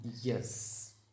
yes